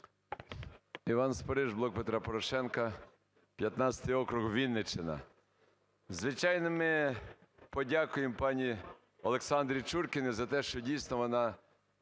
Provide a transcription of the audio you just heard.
Іван Спориш, "Блок Петра Порошенка", 15 округ, Вінниччина. Звичайно, ми подякуємо пані Олександрі Чуркіній за те, що дійсно вона